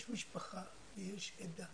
יש משפחה ויש עדה